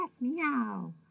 meow